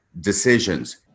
decisions